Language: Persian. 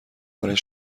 برای